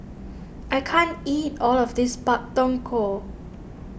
I can't eat all of this Pak Thong Ko